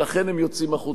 שאין להם תשובה אמיתית.